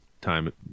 time